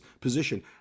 position